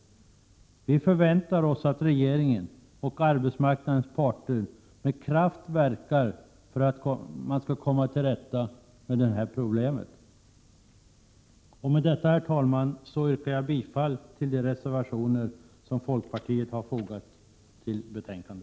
Vi förväntar oss att regeringen och arbetsmarknadens parter med kraft verkar för att man skall komma till rätta med detta problem. Herr talman! Jag yrkar bifall till de reservationer som folkpartiet har fogat till detta betänkande.